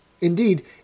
indeed